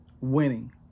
winning